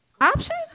Option